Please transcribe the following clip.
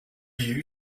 you